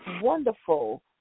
wonderful